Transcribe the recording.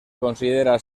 considera